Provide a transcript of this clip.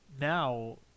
now